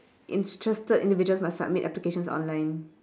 interested individuals must submit applications online